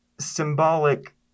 symbolic